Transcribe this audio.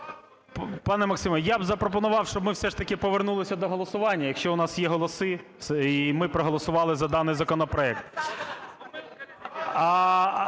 Пане Максиме, я б запропонував, щоб ми все ж таки повернулися до голосування, якщо у нас є голоси. І ми б проголосували за даний законопроект.